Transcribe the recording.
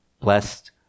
blessed